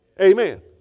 Amen